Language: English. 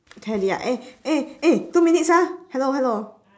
can already ah eh eh eh two minutes ah hello hello